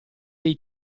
dei